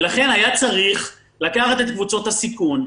לכן היה צריך לקחת את קבוצות הסיכון,